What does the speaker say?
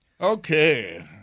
Okay